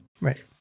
Right